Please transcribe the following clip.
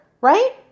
right